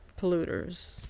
polluters